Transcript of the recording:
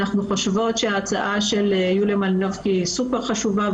אנחנו חושבות שההצעה של חברת הכנסת מלינובסקי היא סופר חשובה,